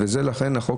לכן זאת מהות החוק